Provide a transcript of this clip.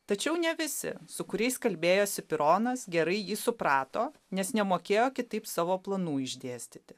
tačiau ne visi su kuriais kalbėjosi pironas gerai jį suprato nes nemokėjo kitaip savo planų išdėstyti